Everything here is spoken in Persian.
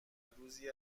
روزی